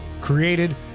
created